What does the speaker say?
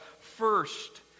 first